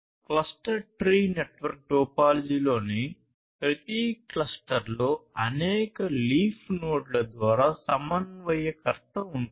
cluster tree network టోపోలాజీలోని ప్రతి క్లస్టర్లో అనేక leaf నోడ్ల ద్వారా సమన్వయకర్త ఉంటుంది